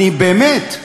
באמת,